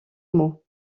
mot